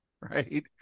right